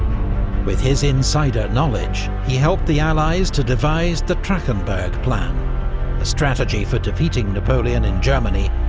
with his insider knowledge, he helped the allies to devise the trachenberg plan' a strategy for defeating napoleon in germany,